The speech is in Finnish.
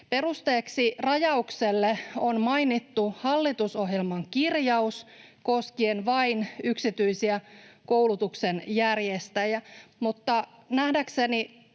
Perusteeksi rajaukselle on mainittu hallitusohjelman kirjaus koskien vain yksityisiä koulutuksen järjestäjiä, mutta nähdäkseni